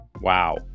Wow